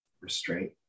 restraint